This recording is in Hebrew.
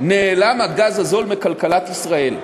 נעלם הגז הזול מכלכלת ישראל.